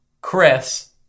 Chris